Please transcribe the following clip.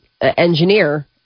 engineer